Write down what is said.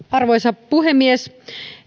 arvoisa puhemies